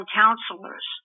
counselors